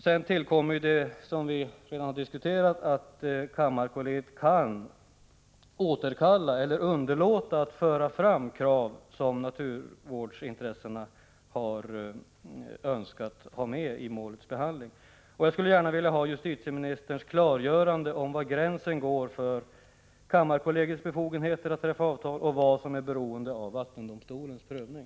Dessutom kan, som vi har diskuterat, kammarkollegiet återkalla eller underlåta att föra fram krav som naturvårdsintressena önskat ha med i målets behandling. Jag skulle gärna vilja att justitieministern klargör var gränsen går mellan vad kammarkollegiet har befogenheter att träffa avtal om och vad som är beroende av vattendomstolens prövning.